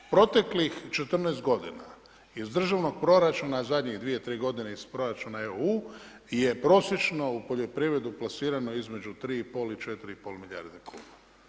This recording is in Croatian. Proteklih 14 godina iz državnog proračuna zadnjih 2, 3 godine iz proračuna EU je prosječno u poljoprivredu plasirano između 3 i pol i 4 i pol milijarde kuna.